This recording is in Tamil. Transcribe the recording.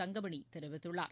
தங்கமணி தெரிவித்கள்ளார்